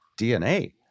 DNA